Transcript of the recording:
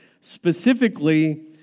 specifically